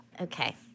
Okay